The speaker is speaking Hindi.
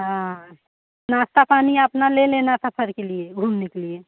हाँ नाश्ता पानी अपना ले लेना सफ़र के लिए घूमने के लिए